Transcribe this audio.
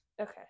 okay